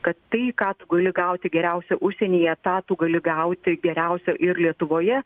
kad tai ką tu gali gauti geriausia užsienyje tą tu gali gauti geriausio ir lietuvoje